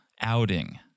outing